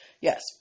Yes